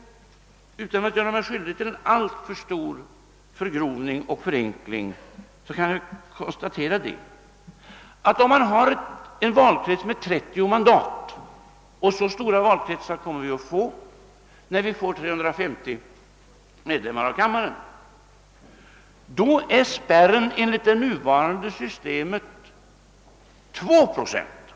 Utan att göra mig skyldig till en alltför grov förenkling tror jag att jag kan konstatera, att i en valkrets med 30 mandat — och så stora valkretsar kommer vi att få med 350 ledamöter i kammaren — ligger spärren enligt det nuvarande systemet vid 2 procent.